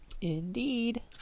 indeed